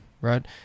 right